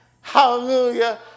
Hallelujah